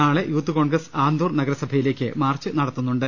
നാളെ youth congress Anthoor നഗരസഭയിലേക്ക് march നടത്തുന്നുണ്ട്